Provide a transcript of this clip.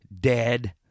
dead